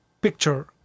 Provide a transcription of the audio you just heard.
picture